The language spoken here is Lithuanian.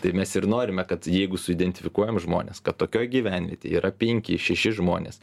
tai mes ir norime kad jeigu suidentifikuojam žmones kad tokioj gyvenvietėj yra penki šeši žmonės